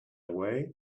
way